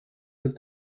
put